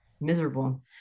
miserable